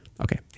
Okay